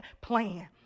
plan